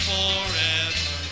Forever